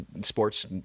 sports